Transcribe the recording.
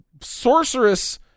sorceress